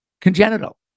congenital